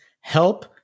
help